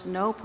no